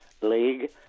league